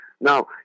Now